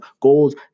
goals